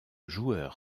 joueur